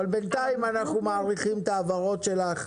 אבל בינתיים אנחנו מעריכים את ההבהרות שלך.